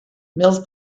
mills